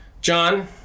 John